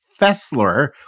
Fessler